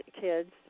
kids